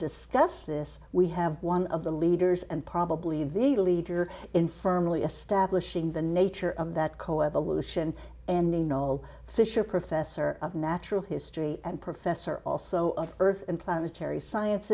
discuss this we have one of the leaders and probably the leader in firmly establishing the nature of that co evolution and all fisher professor of natural history and professor also of earth and planetary science